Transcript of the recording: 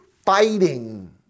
fighting